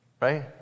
right